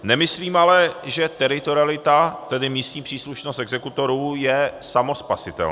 Nemyslím ale, že teritorialita, tedy místní příslušnost exekutorů, je samospasitelná.